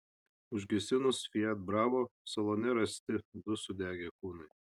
užgesinus fiat bravo salone rasti du sudegę kūnai